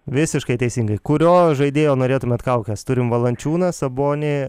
visiškai teisingai kurio žaidėjo norėtumėt kaukės turim valančiūną sabonį